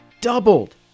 doubled